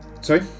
Sorry